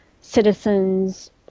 citizens